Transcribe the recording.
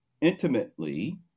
intimately